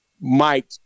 Mike